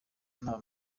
naba